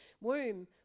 womb